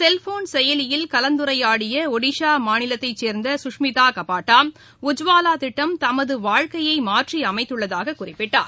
cellphone செயலியில் கலந்துரையாடியஒடிசாமாநிலத்தைசேர்ந்த சுஷ்மிதாகபாட்டா உஜ்வாலாதிட்டம் தமதுவாழ்க்கையைமாற்றிஅமைத்துள்ளதாககுறிப்பிட்டார்